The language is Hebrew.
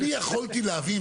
אני יכולתי להביא,